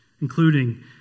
including